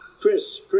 Chris